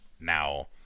Now